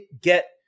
get